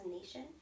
nation